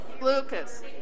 Lucas